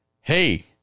Hey